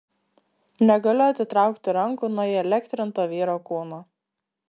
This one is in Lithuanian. negaliu atitraukti rankų nuo įelektrinto vyro kūno